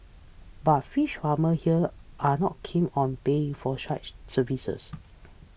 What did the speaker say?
but fish farmers here are not keen on paying for such services